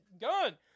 gun